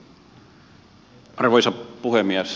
arvoisa puhemies